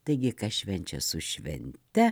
taigi kas švenčia su švente